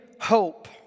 hope